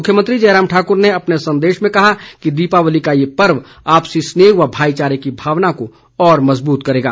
मुख्यमंत्री जयराम ठाक्र ने अपने संदेश में कहा कि दीपावली का ये पर्व आपसी स्नेह व भाईचारे की भावना को और मज़बूत करेगा